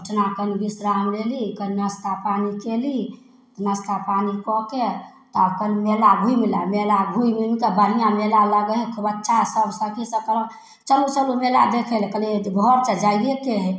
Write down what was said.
ओहिठाम कनि विश्राम लेली कनि नाश्ता पानी कएली नाश्ता पानी कऽके तऽ कनि मेला घुमि लै मेला घुमि उमिकऽ बढ़िआँ मेला लागै हइ खूब अच्छा सभ सखीसभ कहलक चलू चलू मेला देखैलए कहलिए घर तऽ जाइएके हइ